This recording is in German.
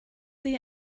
sie